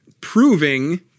proving